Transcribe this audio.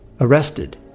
arrested